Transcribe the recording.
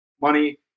money